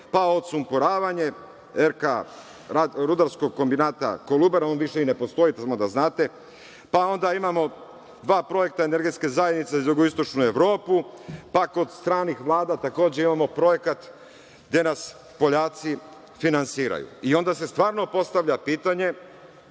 pa odsumporavanje rudarskog kombinata „Kolubara“, on više i ne postoji, samo da znate, pa onda imao dva projekta energetske zajednice za jugoistočnu Evropu, pa kod stranih vlada takođe imamo projekat gde nas Poljaci finansiraju i onda se stvarno postavlja pitanje